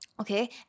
Okay